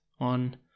on